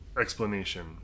explanation